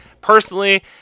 personally